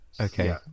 Okay